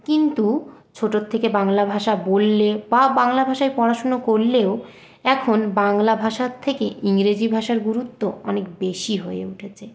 কিন্তু ছোটোর থেকে বাংলা ভাষা বললে বা বাংলা ভাষায় পড়াশুনো করলেও এখন বাংলা ভাষার থেকে ইংরেজি ভাষার গুরুত্ব অনেক বেশি হয়ে উঠেছে